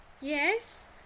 Yes